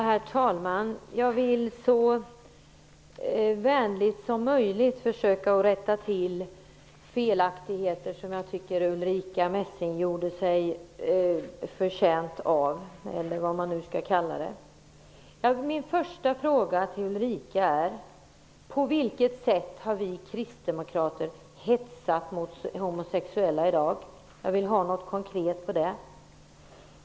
Herr talman! Jag vill så vänligt som möjligt försöka att rätta till de felaktigheter som jag tycker att Ulrika Messing sade. Min första fråga till Ulrica Messing är: På vilket sätt har vi kristdemokrater i dag hetsat mot homosexuella? Jag vill ha något konkret exempel på det.